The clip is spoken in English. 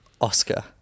Oscar